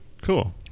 Cool